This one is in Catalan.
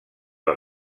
les